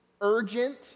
urgent